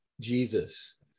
Jesus